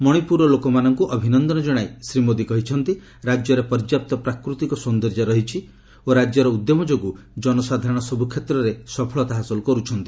ମଣିପୁରର ଲୋକମାନଙ୍କୁ ଅଭିନନ୍ଦନ ଜଣାଇ ଶ୍ରୀ ମୋଦି କହିଛନ୍ତି ରାଜ୍ୟରେ ପର୍ଯ୍ୟାପ୍ତ ପ୍ରାକୃତିକ ସୌନ୍ଦର୍ଯ୍ୟ ରହିଛି ଓ ରାଜ୍ୟର ଉଦ୍ୟମ ଯୋଗୁଁ ଜନସାଧାରଣ ସବୁ କ୍ଷେତ୍ରରେ ସଫଳତା ହାସଲ କରୁଛନ୍ତି